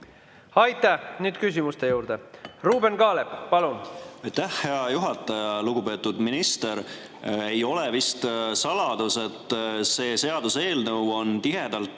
Aitäh! Nüüd küsimuste juurde. Ruuben Kaalep, palun! Aitäh, hea juhataja! Lugupeetud minister! Ei ole vist saladus, et see seaduseelnõu on tihedalt